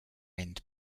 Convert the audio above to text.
end